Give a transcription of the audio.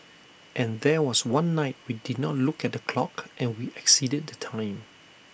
and there was one night we did not look at the clock and we exceeded the time